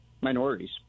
Minorities